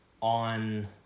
on